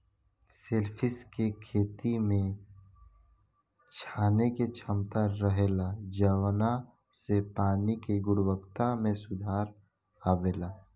shellfish के खेती में छाने के क्षमता रहेला जवना से पानी के गुणवक्ता में सुधार अवेला